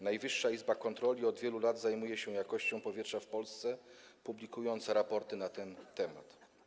Najwyższa Izba Kontroli od wielu lat zajmuje się jakością powietrza w Polsce, publikując raporty na ten temat.